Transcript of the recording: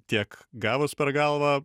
tiek gavus per galvą